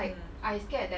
mm